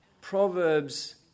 Proverbs